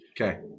Okay